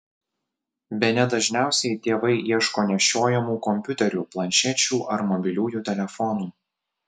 bene dažniausiai tėvai ieško nešiojamų kompiuterių planšečių ar mobiliųjų telefonų